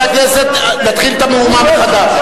נתחיל את המהומה מחדש.